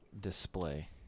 display